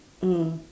mm